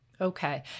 Okay